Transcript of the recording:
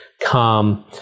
calm